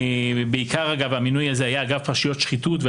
בעיקר שהמינוי הזה היה אגב פרשיות שחיתות,